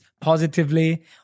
positively